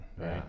right